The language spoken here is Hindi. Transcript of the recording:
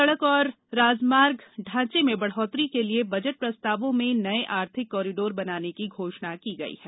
सड़क और राजमार्ग ढ़ांचे में बढ़ोतरी के लिए बजट प्रस्तावों में नये आर्थिक कॉरीडोर बनाने की घोषणा की गई है